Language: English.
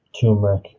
turmeric